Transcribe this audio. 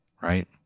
right